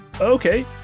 Okay